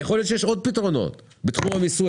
וגם יכול להיות שיש עוד פתרונות בתחום המיסוי,